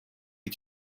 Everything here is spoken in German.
die